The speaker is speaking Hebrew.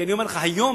כי אני אומר לך: היום,